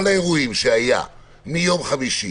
כל האירועים שהיו מיום חמישי